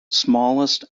smallest